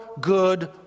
good